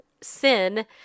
sin